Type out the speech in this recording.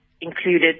included